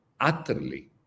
utterly